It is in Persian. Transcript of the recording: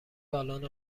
بالن